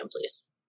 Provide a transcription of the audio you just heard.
please